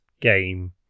game